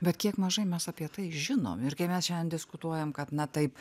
bet kiek mažai mes apie tai žinom ir kai mes šiandien diskutuojam kad na taip